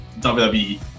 WWE